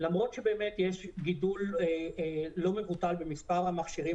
למרות שבאמת יש גידול לא מבוטל במספר המכשירים